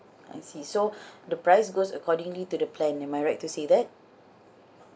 I see so the price goes accordingly to the plan am I right to say that